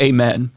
Amen